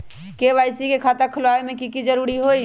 KYC के खाता खुलवा में की जरूरी होई?